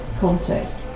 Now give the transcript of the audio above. context